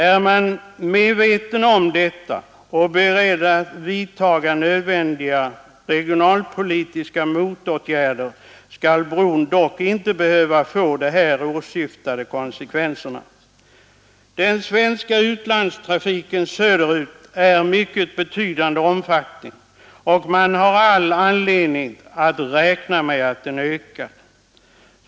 Om man är medveten om detta och beredd att vidtaga nödvändiga regionalpolitiska motåtgärder skall bron dock inte behöva få sådana konsekvenser. Den svenska utlandstrafiken söderut är av mycket betydande om fattning, och man har allt skäl att räkna med att den ökar.